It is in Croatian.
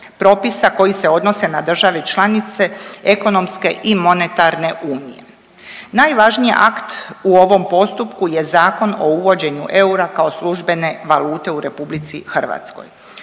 propisa koje se odnose na države članice ekonomske i monetarne unije. Najvažniji akt u ovom postupku je Zakon o uvođenju eura kao službene valute u RH.